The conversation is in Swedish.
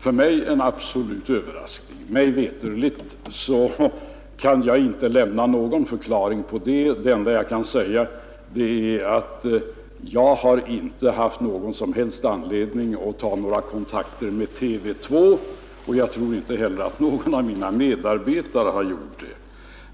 för mig en absolut överraskning. Mig veterligen har jag ingen förklaring till det som sades där; det enda jag kan säga är att jag inte har haft någon som helst anledning att ta kontakt med TV 2, och jag tror inte heller att någon av mina medarbetare har gjort det.